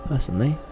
Personally